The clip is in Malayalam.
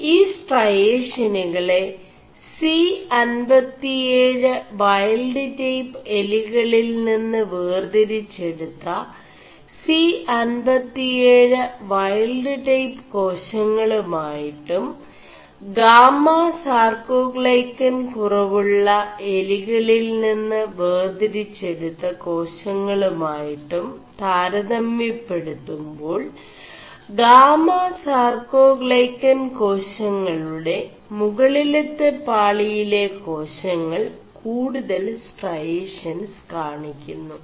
ഈ സ്ൈ4ടഷാനുകെള C57 ൈവൽഡ് ൈടç് എലികളിൽ നിM് േവർതിരിെgടുø C57 ൈവൽഡ് ൈടç്േകാശÆളgമായിƒgം ഗാമസാർേ ാൈø ൻ കുറവുø എലികളിൽ നിM് േവർതിരിെgടുø േകാശÆളgമായിƒgം താരതമçെçടുøുേ2ാൾ ഗാമസാർേ ാൈø ൻ െഡഫിഷç ് േകാശÆളgെട മുകളിലെø പാളിയിെല േകാശÆൾ കൂടുതൽ സ്േ4ടഷൻസ് കാണി ുMു